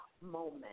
moment